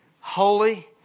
holy